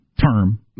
term